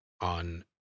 on